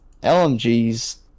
LMGs